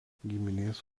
giminės